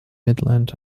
midland